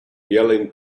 yelling